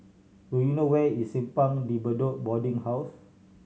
do you know where is Simpang De Bedok Boarding House